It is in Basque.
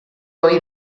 ohi